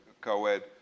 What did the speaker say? co-ed